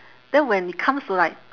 then when it comes to like